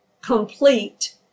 complete